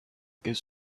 gives